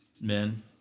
men